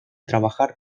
trabajar